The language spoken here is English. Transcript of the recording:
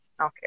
Okay